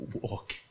walk